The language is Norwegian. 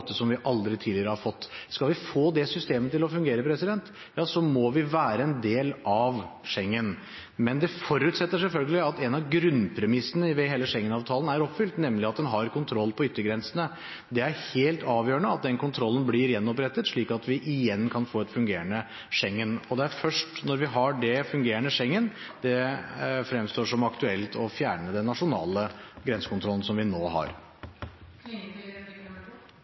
en måte som vi aldri tidligere har hatt. Skal vi få det systemet til å fungere, må vi være en del av Schengen. Men det forutsetter selvfølgelig at en av grunnpremissene ved hele Schengen-avtalen er oppfylt, nemlig at en har kontroll på yttergrensene. Det er helt avgjørende at den kontrollen blir gjenopprettet, slik at vi igjen kan få et fungerende Schengen. Det er først når vi har et fungerende Schengen, det fremstår som aktuelt å fjerne den nasjonale grensekontrollen som vi nå